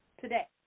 today